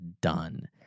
done